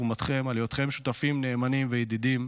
תרומתכם על היותכם שותפים נאמנים וידידים,